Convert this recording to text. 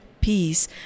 peace